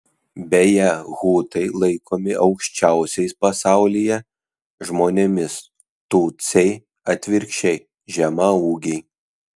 beje hutai laikomi aukščiausiais pasaulyje žmonėmis tutsiai atvirkščiai žemaūgiai